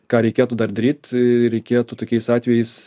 ką reikėtų dar daryt tai reikėtų tokiais atvejais